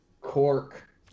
cork